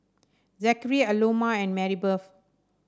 Zackary Aloma and Marybeth